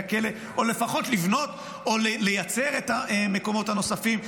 הכלא או לפחות לבנות או לייצר את המקומות הנוספים.